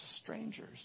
strangers